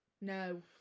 No